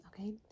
Okay